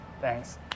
Thanks